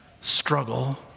Struggle